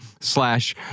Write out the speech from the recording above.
slash